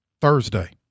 Thursday